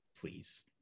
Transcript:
Please